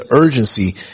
urgency